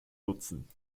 nutzen